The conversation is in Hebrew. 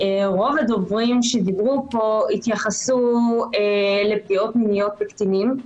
רוב הדוברים שדיברו פה התייחסו לפגיעות מיניות בקטינים,